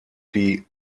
die